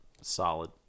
Solid